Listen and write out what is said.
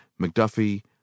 McDuffie